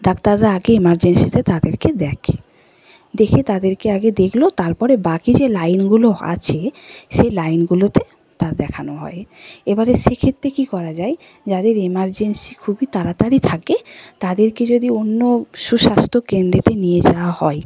ডাক্তাররা আগে ইমার্জেন্সিতে তাদেরকে দেখে দেখে তাদেরকে আগে দেখল তার পরে বাকি যে লাইনগুলো হ আছে সে লাইনগুলোতে তা দেখানো হয় এবারে সেক্ষেত্রে কী করা যায় যাদের ইমার্জেন্সি খুবই তাড়াতাড়ি থাকে তাদেরকে যদি অন্য সুস্বাস্থ্য কেন্দ্রেতে নিয়ে যাওয়া হয়